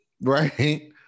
right